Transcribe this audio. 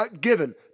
given